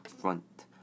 front